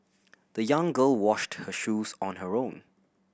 the young girl washed her shoes on her own